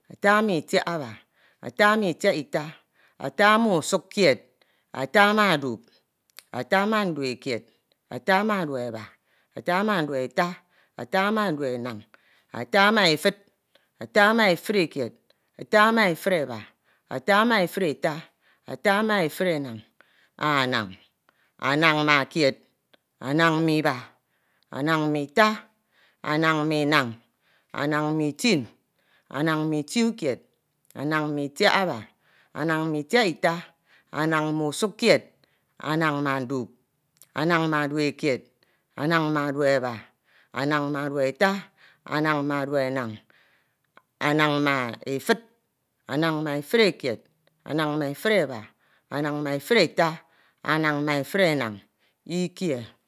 ata ma Itiaba, ata ma itiaita, ata ma usukkied. ata ma dup, ata ma dupekied, ata ma dupeba, ata ma dupeta, ata ma dupenam, ata ma efud, ata ma efudekied, ata ma efudeba, ata ma efudeta, ata ma efudenan, anan, anan ma kied. anan ma Iba, anan ma Ita, anan ma inan, anan ma itia, anan ma itukied, anan ma Itiaba, anan ma Itiaita. anan ma usukkied, anan ma dup, anan ma dupekied, anan ma dupeba, anan ma dupeta, anan ma dupenam, anan ma efud, ananema efudekied, anan ma efudeba, anam ma efudeta, anan ma efudenan, lkie